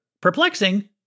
perplexing